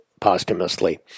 posthumously